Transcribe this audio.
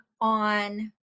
on